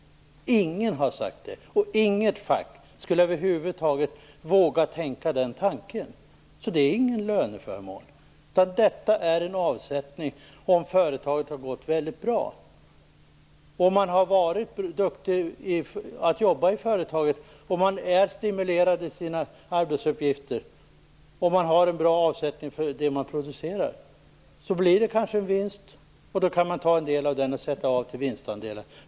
Ingen har sagt det, och inget fack skulle våga tänka den tanken över huvud taget. Det är alltså ingen löneförmån. Detta är en avsättning som görs om företaget har gått väldigt bra. Om man har varit duktig att jobba i företaget, om man är stimulerad i sina arbetsuppgifter och har en bra avsättning för det man producerar blir det kanske en vinst, och då kan man ta en del av den och sätta av till vinstandelar.